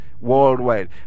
worldwide